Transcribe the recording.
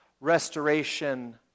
restoration